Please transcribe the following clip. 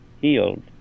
healed